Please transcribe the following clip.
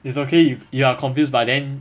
it's okay you are confused but then